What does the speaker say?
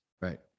Right